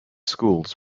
schools